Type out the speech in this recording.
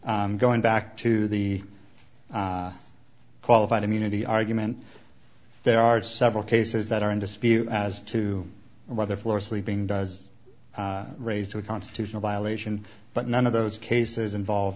going back to the qualified immunity argument there are several cases that are in dispute as to whether floor sleeping does raise to a constitutional violation but none of those cases involve